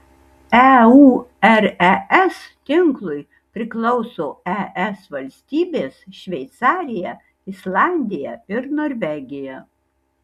eures tinklui priklauso es valstybės šveicarija islandija ir norvegija